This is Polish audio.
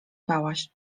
bałaś